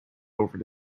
over